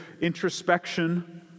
introspection